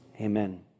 amen